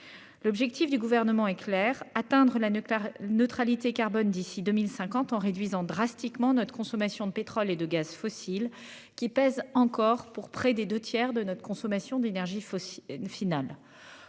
L'objectif du gouvernement est claire, atteindre la nuque la neutralité carbone d'ici 2050 en réduisant drastiquement notre consommation de pétrole et de gaz fossile qui pèsent encore pour près des 2 tiers de notre consommation d'énergies fossiles,